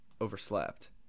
overslept